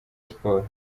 sports